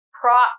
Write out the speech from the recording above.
prop